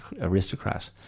aristocrat